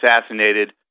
assassinated